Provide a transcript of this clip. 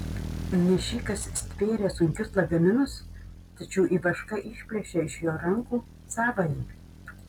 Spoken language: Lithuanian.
nešikas stvėrė sunkius lagaminus tačiau ivaška išplėšė iš jo rankų savąjį